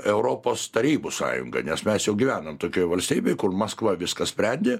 europos tarybų sąjungą nes mes jau gyvenom tokioj valstybėj kur maskva viską sprendė